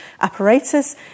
apparatus